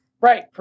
right